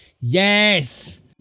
Yes